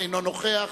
אינו נוכח,